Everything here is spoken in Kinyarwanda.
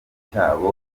cyabo